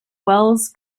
wells